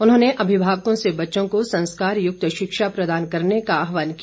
उन्होंने अभिभावकों से बच्चों को संस्कारयुक्त शिक्षा प्रदान करने का आहवान किया